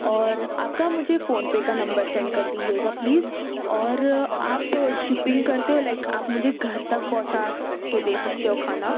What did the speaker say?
اور آپ کا مجھے فون پے کا نمبر سینڈ کر دیجیے گا پلیز اور آپ شپّنگ کرتے ہو لائک آپ مجھے گھر تک پہونچا کے دے سکتے ہو کھانا